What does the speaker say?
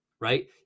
right